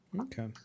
Okay